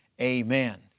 Amen